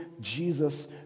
Jesus